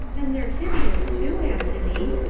and they're hideous too, anthony,